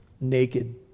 naked